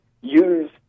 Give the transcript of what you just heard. use